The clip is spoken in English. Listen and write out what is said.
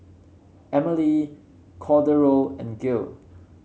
Emelie Cordero and Gael